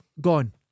gone